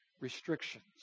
restrictions